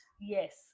yes